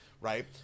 right